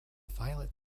violet